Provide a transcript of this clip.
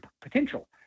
potential